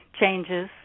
changes